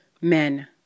men